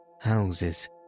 houses